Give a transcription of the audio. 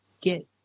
get